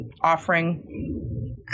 offering